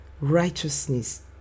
righteousness